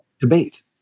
debate